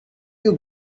you